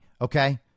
Okay